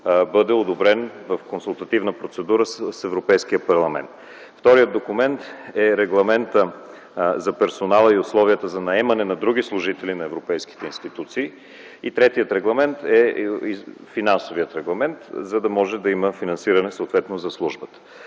бъде одобрен в консултативна процедура с Европейския парламент. Вторият документ е регламента за персонала и условията за наемане на други служители на европейските институции. Третият документ е финансовият регламент, за да може да има съответно финансиране за службата.